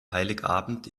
heiligabend